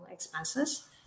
expenses